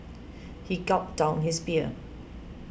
he gulped down his beer